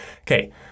Okay